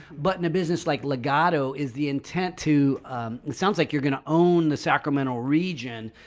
but in a business like legato is the intent to sounds like you're gonna own the sacramento region,